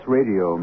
Radio